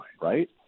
right